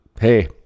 hey